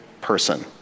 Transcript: person